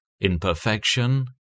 imperfection